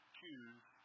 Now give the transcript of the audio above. Choose